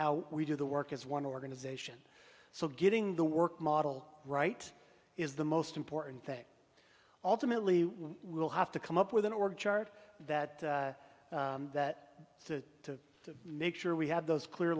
how we do the work as one organization so getting the work model right is the most important thing alternately we will have to come up with an org chart that that to to make sure we have those clear